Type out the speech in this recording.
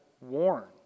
warned